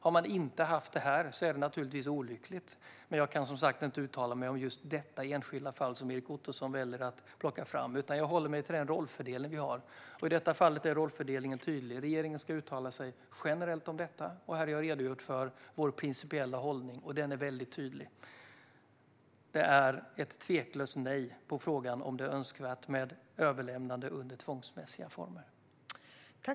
Om man inte har haft det i detta fall är det naturligtvis olyckligt, men jag kan som sagt inte uttala mig om just det enskilda fall som Erik Ottoson väljer att plocka fram. Jag håller mig till den rollfördelning som vi har. I detta fall är rollfördelningen tydlig: Regeringen ska uttala sig generellt om detta. Här har jag redogjort för vår principiella hållning, som är väldigt tydlig. Svaret på frågan om det är önskvärt med överlämnande under tvångsmässiga former är ett tveklöst nej.